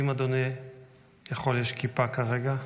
אם אדוני יכול, יש כיפה כרגע.